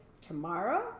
tomorrow